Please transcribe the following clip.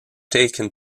taken